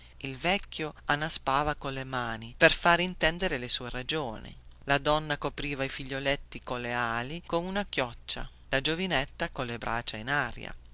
il vecchio annaspava colle mani per fare intendere le sue ragioni la donna copriva i figlioletti colle ali come una chioccia la giovinetta colle braccia in aria